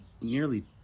nearly